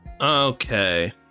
Okay